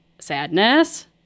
sadness